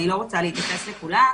ואני לא רוצה להתייחס לכולה,